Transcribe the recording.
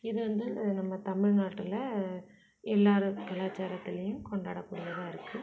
இது வந்து நம்ம தமிழ் நாட்டில் எல்லோரும் கலாச்சாரத்துலேயும் கொண்டாடக் கூடியதாக இருக்கு